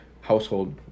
household